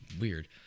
Weird